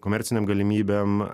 komercinėm galimybėm